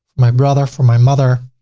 my brother, for my mother,